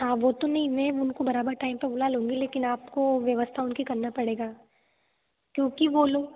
हाँ वो तो नहीं मैं उनको बराबर टाइम पे बुला लूँगी लेकिन आपको व्यवस्था उनकी करना पड़ेगा क्योंकि वो लोग